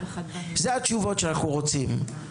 אלה התשובות שאנחנו רוצים.